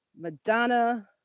Madonna